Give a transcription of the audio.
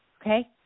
okay